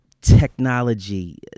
technology